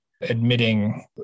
admitting